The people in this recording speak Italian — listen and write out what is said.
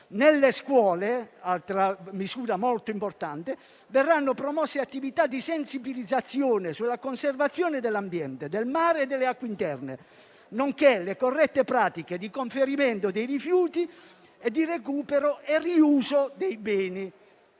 Nelle scuole - altra misura molto importante - verranno promosse attività di sensibilizzazione sulla conservazione dell'ambiente, del mare e delle acque interne, nonché sulle corrette pratiche di conferimento dei rifiuti e di recupero e riuso dei beni.